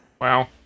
Wow